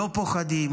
לא פוחדים,